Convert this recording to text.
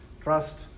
trust